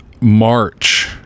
March